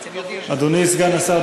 אדוני סגן השר,